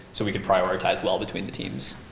so we could prioritize well between the teams.